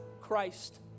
Christ